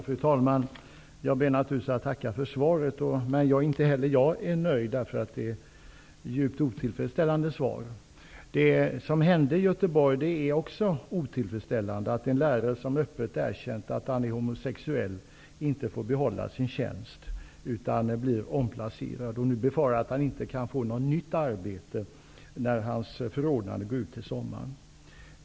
Fru talman! Jag ber naturligtvis att få tacka för svaret, men inte heller jag är nöjd. Det var ett djupt otillfredsställande svar. Även det som hände i Göteborg är otillfredsställande. En lärare som öppet erkänt att han är homosexuell får inte behålla sin tjänst utan blir omplacerad. Han befarar nu att han inte kan få något nytt arbete när hans förordnande går ut till sommaren.